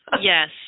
Yes